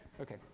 okay